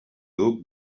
duc